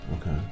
Okay